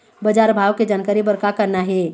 बजार भाव के जानकारी बर का करना हे?